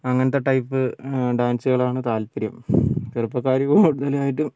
അങ്ങനത്തെ ടൈപ്പ് ഡാൻസുകളാണ് താല്പര്യം ചെറുപ്പകാർക്ക് കൂടുതലായിട്ടും